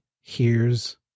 hears